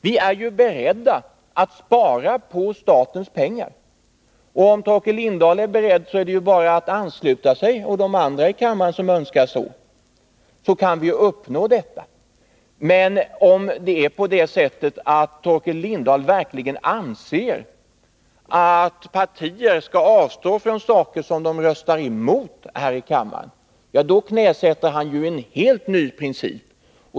Vi är beredda att spara på statens pengar. Om Torkel Lindahl och andra i kammaren också är beredda att göra det är det bara att ansluta sig till vårt förslag. Om Torkel Lindahl verkligen anser att partier skall avstå från saker som de röstar emot här i kammaren, knäsätter han en helt ny princip.